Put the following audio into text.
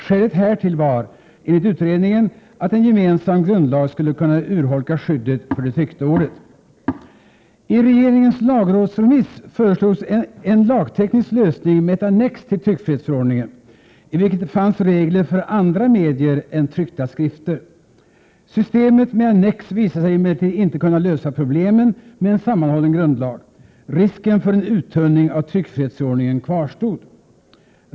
Skälet härtill var, enligt utredningen, att en gemensam grundlag skulle kunna urholka skyddet för det tryckta ordet. I regeringens lagrådsremiss föreslogs en lagteknisk lösning med ett annex till tryckfrihetsförordningen, i vilket det fanns regler för andra medier än tryckta skrifter. Systemet med annex visade sig emellertid inte kunna lösa problemen med en sammmanhållen grundlag — risken för en uttunning av tryckfrihetsförordningen kvarstod.